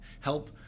help